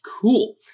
cool